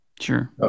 Sure